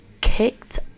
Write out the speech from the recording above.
kicked